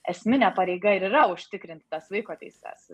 esminė pareiga ir yra užtikrinti tas vaiko teises